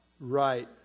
Right